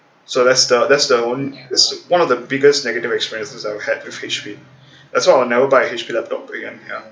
so that's the that's the one of the biggest negative experiences I've had with H_P that's why I'll never buy a H_P laptop again ya